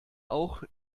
auch